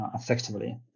effectively